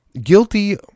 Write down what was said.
guilty